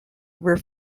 were